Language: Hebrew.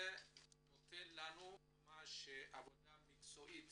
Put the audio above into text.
זה נותן לנו ממש עבודה מקצועית